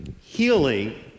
healing